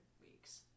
weeks